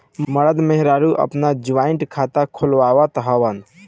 मरद मेहरारू आपन जॉइंट खाता खुलवावत हवन